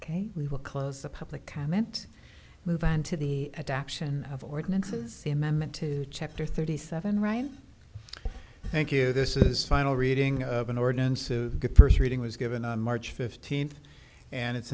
ok we will close the public comment move on to the adoption of ordinances amendment to chapter thirty seven right thank you this is final reading of an ordinance first reading was given on march fifteenth and it's